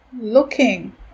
looking